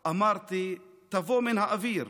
/ אמרתי: תבוא מן האוויר.